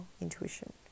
intuition